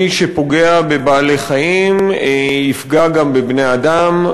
מי שפוגע בבעלי-חיים יפגע גם בבני-אדם,